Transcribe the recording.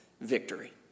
victory